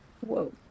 Whoa